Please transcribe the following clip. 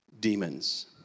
demons